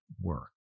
work